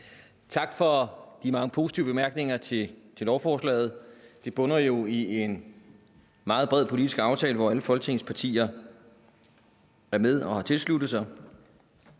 Tak for de mange positive bemærkninger til lovforslaget. Det bunder jo i en meget bred politisk aftale, hvor alle Folketingets partier er med og har tilsluttet sig,